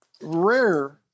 Rare